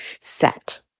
set